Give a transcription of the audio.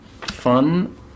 Fun